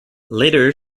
later